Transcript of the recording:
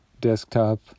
desktop